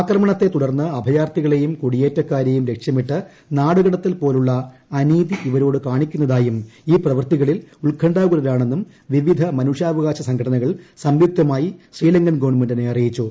ആക്രമണത്തെ തുടർന്ന് അഭയാർത്ഥികളേയും കുടിയേറ്റ ക്കാരേയും ലക്ഷ്യമിട്ട് നാടുകടത്തൽ പോലുള്ള അനീതി ഇവരോട് കാണിക്കുന്നതായും ഈ പ്രവൃത്തികളിൽ ഉത്കണ്ഠാകുലരാണെന്നും വിവിധ മനുഷ്യാവകാശ സംഘടനകൾ സംയുക്തമായി ശ്രീലങ്കൻ ഗവൺമെന്റിനെ അറിയിച്ചു